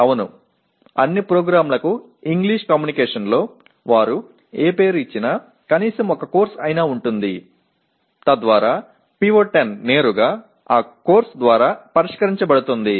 అవును అన్ని ప్రోగ్రామ్లకు ఇంగ్లీష్ కమ్యూనికేషన్లో వారు ఏ పేరు ఇచ్చినా కనీసం ఒక కోర్సు అయినా ఉంటుంది తద్వారా PO10 నేరుగా ఆ కోర్సు ద్వారా పరిష్కరించబడుతుంది